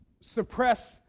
suppress